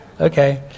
Okay